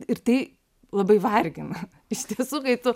ir tai labai vargina iš tiesų kai tu